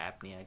apnea